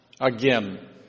again